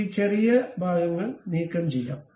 നമുക്ക് ഈ ചെറിയ ഭാഗങ്ങൾ നീക്കംചെയ്യാം